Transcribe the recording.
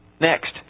next